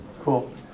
Cool